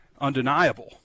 undeniable